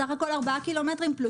בסך הכול ארבעה קילומטרים פלוס-מינוס.